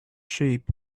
sheep